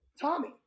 Tommy